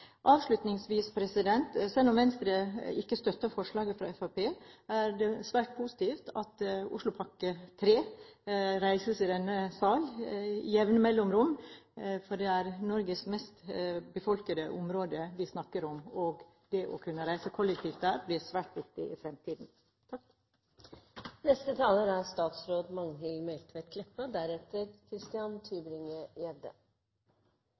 Avslutningsvis: Selv om Venstre ikke støtter forslaget fra Fremskrittspartiet, er det svært positivt at Oslopakke 3 reises i denne sal med jevne mellomrom, for det er Norges mest befolkede område vi snakker om. Det å kunne reise kollektivt der, blir svært viktig i fremtiden. Det er